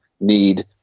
need